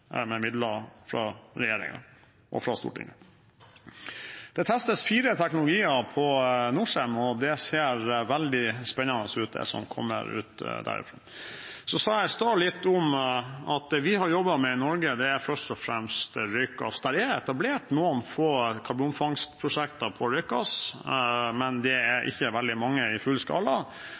med midler fra regjeringen og Stortinget. Det testes fire teknologier på Norcem, og det ser veldig spennende ut det som kommer ut derfra. Så sa jeg i stad litt om at det vi har jobbet med i Norge, er først og fremst røykgass. Det er etablert noen få karbonfangstprosjekter på røykgass, men det er ikke veldig mange i full skala,